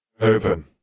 Open